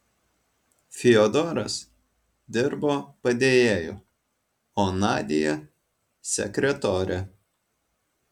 fiodoras dirbo padėjėju o nadia sekretore